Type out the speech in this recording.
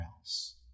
else